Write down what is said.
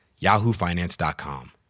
yahoofinance.com